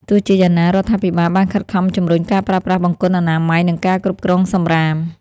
ទោះយ៉ាងណា រដ្ឋាភិបាលបានខិតខំជំរុញការប្រើប្រាស់បង្គន់អនាម័យ និងការគ្រប់គ្រងសំរាម។